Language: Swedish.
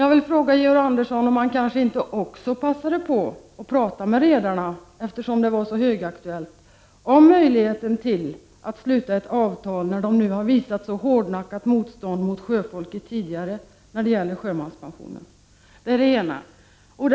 Jag vill fråga Georg Andersson om han kanske inte också passade på att tala med redarna, eftersom det var så aktuellt, om möjligheterna att sluta ett avtal när de nu har visat så hårdnackat motstånd mot sjöfolket tidigare i frågan om sjömanspensionen. Det var min ena fråga.